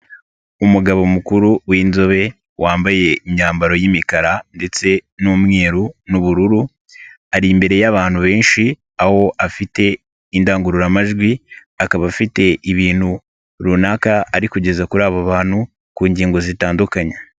Umugabo mukuru w'inzobe wambaye imyambaro y'imikara ndetse n'umweru n'ubururu, ari imbere y'abantu benshi aho afite indangururamajwi, akaba afite ibintu runaka ari kugeza kuri abo bantu ku ngingo zitandukanye.